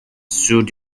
suit